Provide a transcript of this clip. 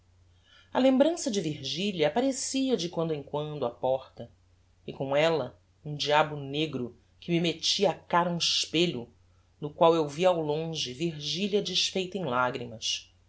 a lembrança de virgilia apparecia de quando em quando á porta e com ella um diabo negro que me mettia á cara um espelho no qual eu via ao longe virgilia desfeita em lagrimas